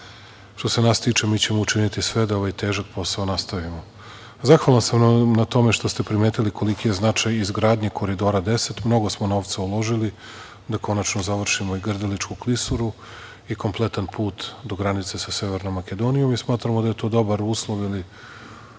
Što se nas tiče mi ćemo učiniti sve da ovaj težak posao nastavimo. Zahvalan sam vam na tome što ste primetili koliki je značaj i izgradnja Koridora 10, mnogo smo novca uložili da konačno završimo i Grdeličku klisuru i kompletan put do granice sa Severnom Makedonijom. Smatramo da je to dobar uslov ili